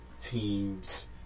teams